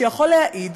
שיכול להעיד,